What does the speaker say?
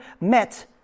met